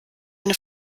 eine